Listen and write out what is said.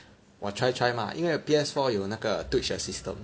我 try try mah 因为 P_S four 有那个 Twitch 的 system